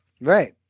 Right